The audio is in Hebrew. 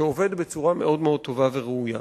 שעובד בצורה מאוד מאוד טובה וראויה.